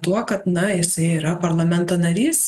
tuo kad na jisai yra parlamento narys